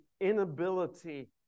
inability